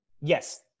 Yes